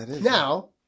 now